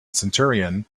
centurion